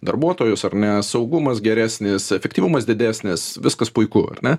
darbuotojus ar ne saugumas geresnis efektyvumas didesnis viskas puiku ar ne